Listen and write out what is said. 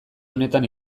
honetan